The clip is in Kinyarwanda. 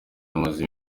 amaze